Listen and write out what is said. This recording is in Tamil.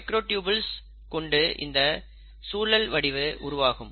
மைக்ரோட்யூபில்ஸ் கொண்டு இந்த சுழல் வடிவு உருவாகும்